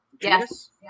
Yes